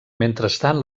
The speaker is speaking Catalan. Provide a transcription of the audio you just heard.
mentrestant